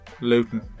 Luton